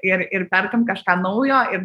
ir ir perkam kažką naujo ir